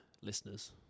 Listeners